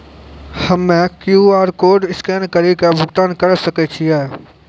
हम्मय QR code scan कड़ी के भुगतान करें सकय छियै?